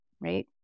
right